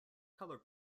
colored